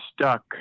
stuck